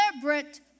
deliberate